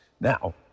Now